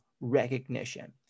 recognition